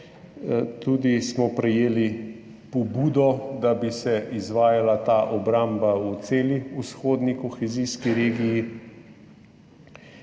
smo tudi pobudo, da bi se izvajala ta obramba v celi vzhodni kohezijski regiji.